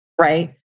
Right